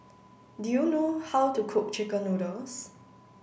do you know how to cook Chicken Noodles